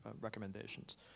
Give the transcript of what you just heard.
recommendations